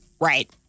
Right